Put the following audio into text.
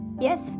Yes